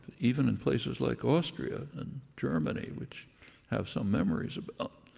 even in places like austria and germany, which have some memories about.